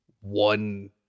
one